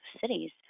cities